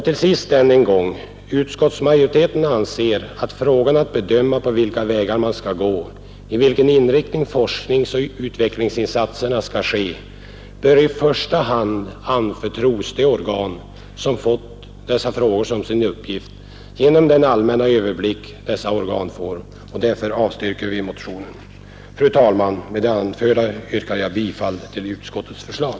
Till sist än en gång: Utskottsmajoriteten anser att bedömningen av vilka vägar man skall gå, vilken inriktning forskningsoch utvecklingsinsatserna skall ges, bör i första hand anförtros de organ som fått dessa frågor som sin arbetsuppgift, detta på grund av den allmänna överblick som dessa organ har. Därför avstyrker vi motionen. Fru talman! Med det anförda yrkar jag bifall till utskottets förslag.